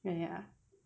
oh ya